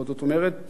זאת אומרת,